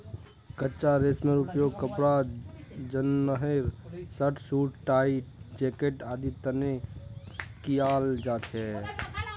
कच्चा रेशमेर उपयोग कपड़ा जंनहे शर्ट, सूट, टाई, जैकेट आदिर तने कियाल जा छे